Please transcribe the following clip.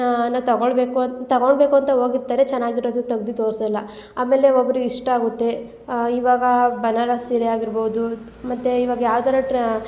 ಎಲ್ಲ ತಗೊಳ್ಳಬೇಕು ಅಂತ ತಗೊಳ್ಳೇಬೇಕು ಅಂತ ಹೋಗಿರ್ತಾರೆ ಚೆನ್ನಾಗಿರೋದು ತೆಗ್ದು ತೋರ್ಸಲ್ಲ ಆಮೇಲೆ ಒಬ್ರಿಗೆ ಇಷ್ಟ ಆಗುತ್ತೆ ಈವಾಗ ಬನಾರಸ್ ಸೀರೆ ಆಗಿರ್ಬೋದು ಮತ್ತು ಈವಾಗ ಯಾವ್ದಾರ ಟ್ರಾ